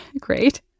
Great